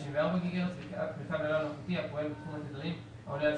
עד 76 גיגה-הרץ וקו נל"ן אלחוטי הפועל בתחום התדרים העולה על